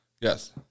Yes